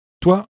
Toi